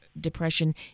depression